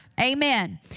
Amen